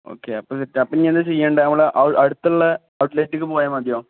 okay അപ്പം അപ്പം ഇനി എന്താ ചെയ്യേണ്ടത് നമ്മൾ അടുത്തുള്ള ഔട്ട്ലെറ്റക്ക് പോയാൽ മതിയോ